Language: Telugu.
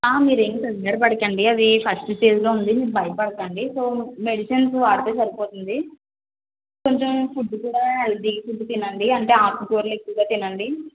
మీరు ఏమి కంగారు పడకండి అది ఫస్ట్ స్టేజ్లో ఉంది భయపడకండి సో మెడిసిన్స్ వాడితే సరిపోతుంది కొంచెం ఫుడ్ కూడా హెల్తి ఫుడ్ తినండి అంటే ఆకుకూరలు ఎక్కువగా తినండి